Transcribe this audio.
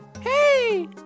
hey